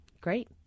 great